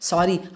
Sorry